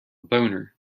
boner